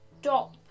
stop